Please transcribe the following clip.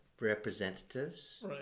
representatives